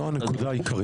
זו הנקודה העיקרית.